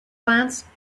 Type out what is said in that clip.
glance